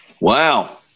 Wow